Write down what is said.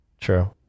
true